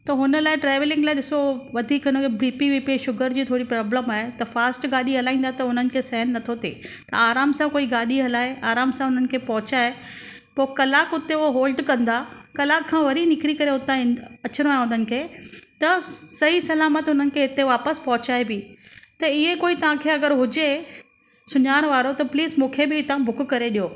त हुन लाइ ट्रेवलिंग लाइ ॾिसो वधीक हुनखे B P V P sugar जी थोरी प्रोब्लम आहे त फ़ास्ट गाॾी हलाईंदा त हुननि खे सहन नथो थिए त आरामु सां कोई गाॾी हलाए आरामु सां हुननि खे पहुचाए पोइ कलाक हुते हो होल्ट कंदा कलाक खां वरी निकिरी करे हुतां आहे न अचिणो आहे हुननि खे त सही सलामत हुननि खे हिते वापसि पहुचाए बि त इहे कोई तव्हांखे अगरि हुजे सुञाण वारो त प्लीस मूंखे बि हितां बुक करे ॾियो